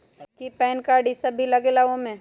कि PAN card इ सब भी लगेगा वो में?